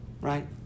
Right